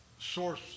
source